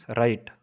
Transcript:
right